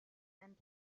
and